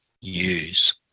use